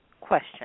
question